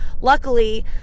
Luckily